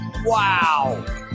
Wow